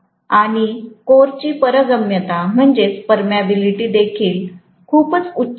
आणि कोरची पारगम्यता देखील खूपच उच्च आहे